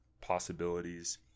possibilities